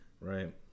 right